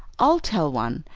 i'll tell one,